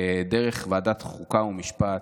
דרך ועדת חוקה ומשפט